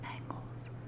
angles